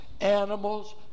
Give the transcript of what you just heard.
animals